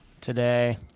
today